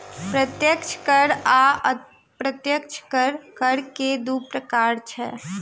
प्रत्यक्ष कर आ अप्रत्यक्ष कर, कर के दू प्रकार छै